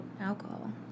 alcohol